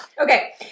Okay